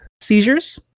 seizures